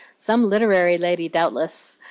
some literary lady doubtless.